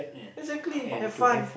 exactly have fun